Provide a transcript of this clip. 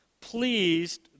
pleased